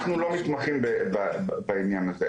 אנחנו לא מתמחים בעניין הזה,